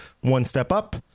one-step-up